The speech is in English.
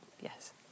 Yes